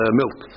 milk